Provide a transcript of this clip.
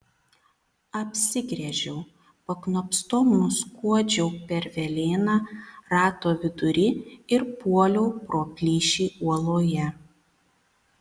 apsigręžiau paknopstom nuskuodžiau per velėną rato vidury ir puoliau pro plyšį uoloje